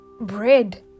bread